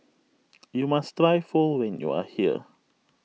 you must try Pho when you are here